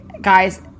guys